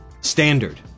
standard